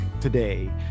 today